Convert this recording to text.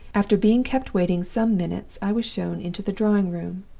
after being kept waiting some minutes i was shown into the drawing-room.